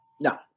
No